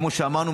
כמו שאמרנו,